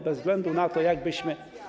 Bez względu na to, jak byśmy.